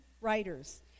writers